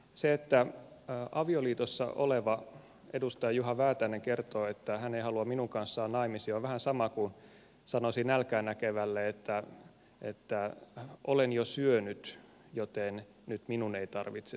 se että avioliitossa oleva edustaja juha väätäinen kertoo että hän ei halua minun kanssani naimisiin on vähän sama kuin sanoisi nälkää näkevälle että olen jo syönyt joten nyt minun ei tarvitse syödä